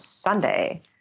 Sunday